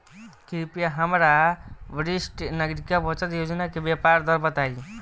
कृपया हमरा वरिष्ठ नागरिक बचत योजना के ब्याज दर बताई